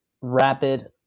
rapid